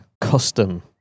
custom